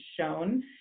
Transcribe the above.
shown